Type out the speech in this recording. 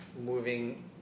moving